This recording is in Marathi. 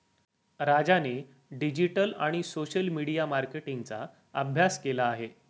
राजाने डिजिटल आणि सोशल मीडिया मार्केटिंगचा अभ्यास केला आहे